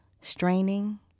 straining